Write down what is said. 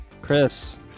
Chris